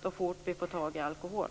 och fort vi får tag på alkohol.